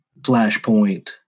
Flashpoint